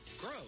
grow